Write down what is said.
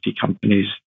companies